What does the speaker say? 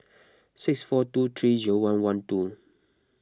six four two three zero one one two